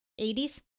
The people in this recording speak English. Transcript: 80s